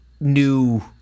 new